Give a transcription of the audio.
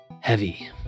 heavy